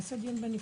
נעשה דיון נפרד.